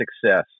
success